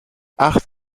acht